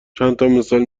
چندتامثال